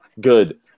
good